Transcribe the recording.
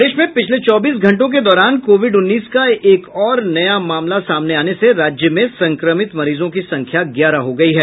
प्रदेश में पिछले चौबीस घंटों के दौरान कोविड उन्नीस का एक और नया मामला सामने आने से राज्य में संक्रमित मरीजों की संख्या ग्यारह हो गई है